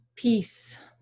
peace